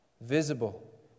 visible